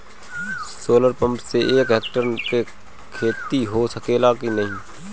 Solar pump से एक hectare क खेती हो सकेला की नाहीं?